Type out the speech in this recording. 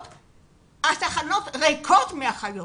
התחנות ריקות מאחיות.